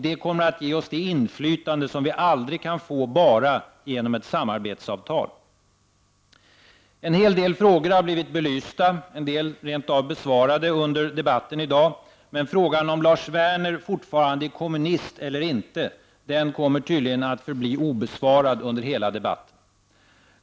Det kommer att ge oss ett inflytande som vi aldrig kan få enbart genom ett samarbetsavtal. En hel del frågor har blivit belysta, en del rent av besvarade, under debatten i dag. Men frågan om Lars Werner fortfarande är kommunist eller inte kommer tydligen att förbli obesvarad under hela debatten.